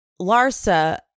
Larsa